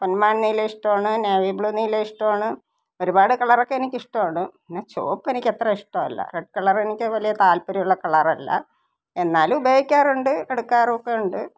പൊന്മാന്നീല ഇഷ്ടമാണ് navy blue നീല ഇഷ്ടമാണ് ഒരുപാട് കളറൊക്കെ എനിക്കിഷ്ടമാണ് പിന്നെ ചുവപ്പെനിക്ക് അത്ര ഇഷ്ടമല്ല റെഡ് കളര് എനിക്ക് വലിയ താല്പര്യമുള്ള കളറല്ല എന്നാലും ഉപയോഗിക്കാറുണ്ട് എടുക്കാറും ഒക്കെയുണ്ട്